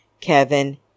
kevin